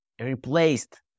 replaced